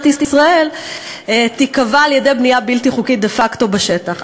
ישראל תיקבע על-ידי בנייה בלתי חוקית דה-פקטו בשטח.